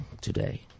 today